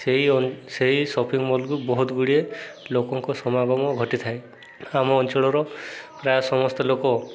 ସେଇ ସେଇ ସପିଂ ମଲ୍କୁ ବହୁତ ଗୁଡ଼ିଏ ଲୋକଙ୍କ ସମାଗମ ଘଟିଥାଏ ଆମ ଅଞ୍ଚଳର ପ୍ରାୟ ସମସ୍ତେ ଲୋକ